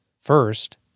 First